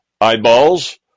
eyeballs